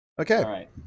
Okay